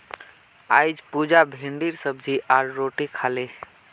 अईज पुजा भिंडीर सब्जी आर रोटी खा ले